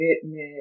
commitment